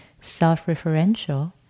self-referential